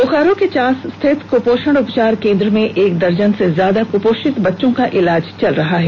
बोकारो के चास स्थित कुपोषण उपचार केंद्र में एक दर्जन से ज्यादा कुपोषित बच्चों का इलाज चल रहा है